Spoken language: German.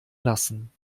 lassen